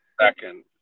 second